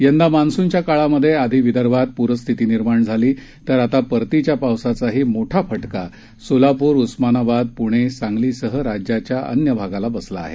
यंदा मान्सूनच्या काळात आधी विदर्भात पूरस्थिती निर्माण झाली तर आता परतीच्या पावसाचाही मोठा फटका सोलापूर उस्मानाबाद पुणे सांगलीसह राज्याच्या अन्य भागाला बसला आहे